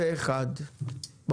הצבעה בעד סעיפים 14 -21 אחד נגד,